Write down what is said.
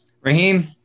Raheem